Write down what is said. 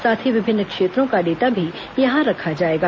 साथ ही विभिन्न क्षेत्रों का डेटा भी यहां रखा जाएगा